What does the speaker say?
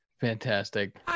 Fantastic